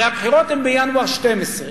הרי הבחירות הן בינואר 2012,